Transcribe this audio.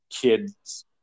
kids